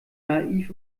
naiv